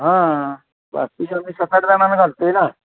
हां बाकी तर आम्ही सात आठ जणांना घालतो आहे ना